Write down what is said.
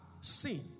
seen